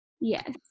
Yes